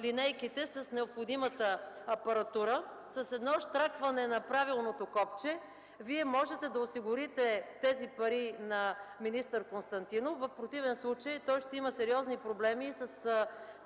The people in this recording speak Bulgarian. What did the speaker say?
линейките с необходимата апаратура. С едно щракване на правилното копче вие можете да осигурите тези пари на министър Константинов. В противен случай той ще има сериозни проблеми с